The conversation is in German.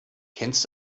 kennst